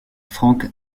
frank